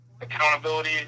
accountability